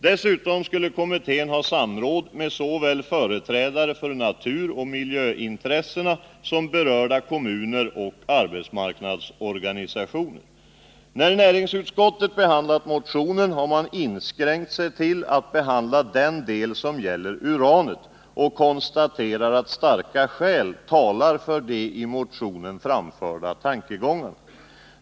Dessutom skulle kommittén ha samråd med företrädare för såväl naturoch miljöintressena som berörda kommuner och arbetsmarknadsorganisationer. När näringsutskottet behandlat motionen, har man inskränkt sig till att behandla den del som gäller uranet och konstaterar att starka skäl talar för de i motionen framförda tankegångarna.